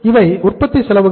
இவை உற்பத்தி செலவுகள்